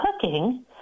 cooking